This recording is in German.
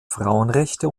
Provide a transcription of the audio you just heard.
frauenrechte